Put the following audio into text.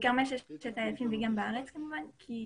גם בכרמל 6000 וכמובן גם